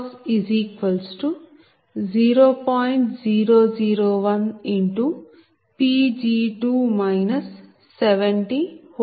001Pg2 702Pg2159